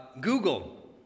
Google